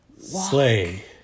Slay